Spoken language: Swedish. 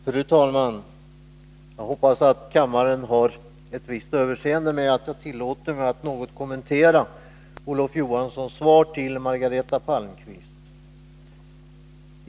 Fru talman! Jag hoppas att kammaren har överseende med att jag tillåter mig att något kommentera Olof Johanssons svar till Margareta Palmqvist.